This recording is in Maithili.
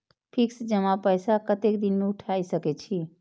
फिक्स जमा पैसा कतेक दिन में उठाई सके छी?